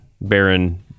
Baron